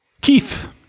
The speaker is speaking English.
Keith